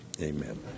Amen